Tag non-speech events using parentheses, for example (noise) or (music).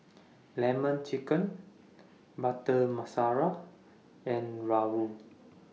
Lemon Chicken Butter (unintelligible) and Rawon